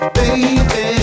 baby